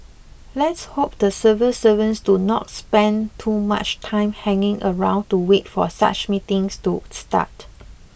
let's hope the civil servants do not spend too much time hanging around to wait for such meetings to start